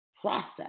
process